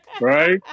right